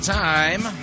time